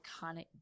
iconic